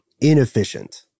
inefficient